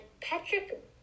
Patrick